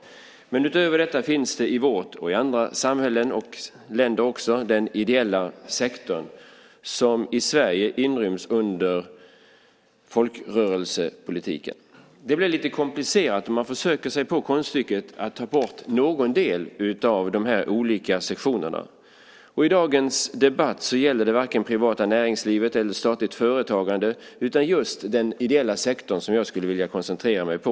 Men utöver detta finns i vårt och i andra samhällen och länder den ideella sektorn, som i Sverige inryms under folkrörelsepolitiken. Det blir lite komplicerat om man försöker sig på konststycket att ta bort någon del av de olika sektionerna. I dagens debatt gäller det varken det privata näringslivet eller statligt företagande, utan det är just den ideella sektorn som jag skulle vilja koncentrera mig på.